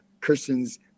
Christians